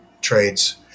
trades